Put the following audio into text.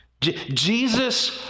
Jesus